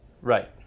Right